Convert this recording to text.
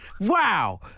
Wow